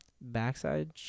Backside